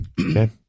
Okay